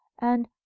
and—